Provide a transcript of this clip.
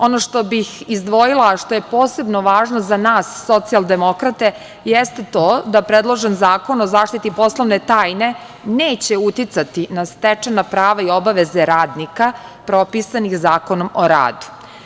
Ono što bih izdvojila, što je posebno važno za na nas socijaldemokrate, jeste to da predložen Zakon o zaštiti poslovne tajne neće uticati na stečena prava i obaveze radnika propisanih Zakonom o radu.